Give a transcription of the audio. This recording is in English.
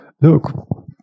look